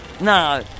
No